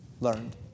learned